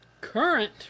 Current